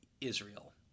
Israel